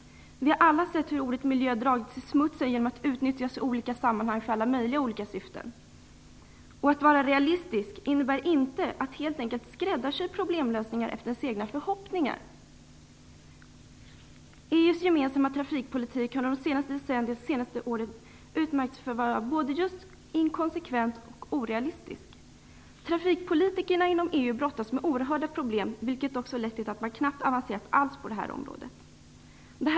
Vi har alla sett hur ordet miljö har dragits i smutsen genom att utnyttjas i olika sammanhang för alla möjliga olika syften. Att vara realistisk innebär inte att helt enkelt skräddarsy problemlösningar efter sina egna förhoppningar. EU:s gemensamma trafikpolitik har under de senaste åren utmärkts för att vara både inkonsekvent och orealistisk. Trafikpolitikerna i EU brottas med oerhörda problem, vilket också lett till att EU knappt avancerat alls på området.